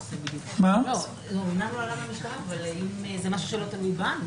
אם זה משהו שלא תלוי בנו